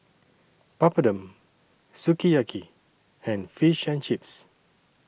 Papadum Sukiyaki and Fish and Chips